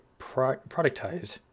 productized